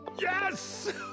Yes